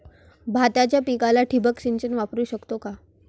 भाताच्या पिकाला ठिबक सिंचन वापरू शकतो का?